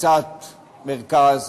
קצת מרכז,